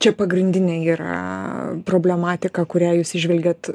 čia pagrindinė yra problematika kurią jūs įžvelgiat